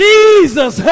Jesus